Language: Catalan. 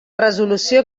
resolució